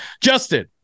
Justin